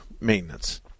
maintenance